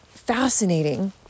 fascinating